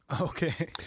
Okay